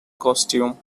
costume